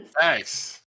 Thanks